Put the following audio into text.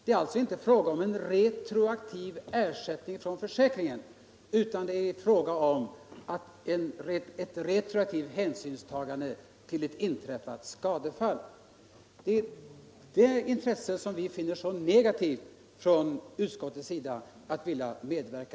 Det är inte fråga om en retroaktiv ersättning från försäkringen, utan det är fråga om ett retroaktivt hänsynstagande till ett inträffat skadefall. Det är intresset för att medverka till detta som vi finner så negativt från utskottets sida.